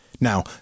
Now